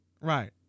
right